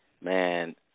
man